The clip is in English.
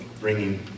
bringing